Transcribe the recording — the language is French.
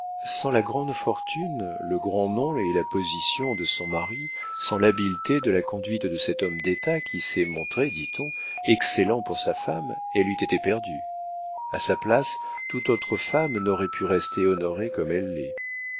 sans la grande fortune le grand nom et la position de son mari sans l'habileté de la conduite de cet homme d'état qui s'est montré dit-on excellent pour sa femme elle eût été perdue à sa place toute autre femme n'aurait pu rester honorée comme elle l'est